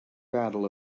battle